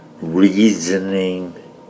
reasoning